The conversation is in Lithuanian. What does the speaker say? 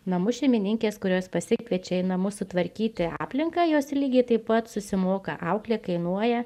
namų šeimininkes kurios pasikviečiau į namus sutvarkyti aplinką jos lygiai taip pat susimoka auklė kainuoja